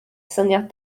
syniad